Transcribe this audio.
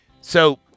so-